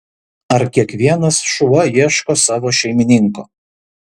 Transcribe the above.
ar kiekvienas šuo ieško savo šeimininko